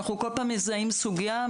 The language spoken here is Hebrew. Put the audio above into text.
בכל פעם אנחנו מזהים סוגיה,